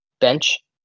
bench